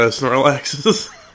Snorlaxes